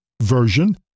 Version